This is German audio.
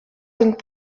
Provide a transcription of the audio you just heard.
sind